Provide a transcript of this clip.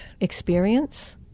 experience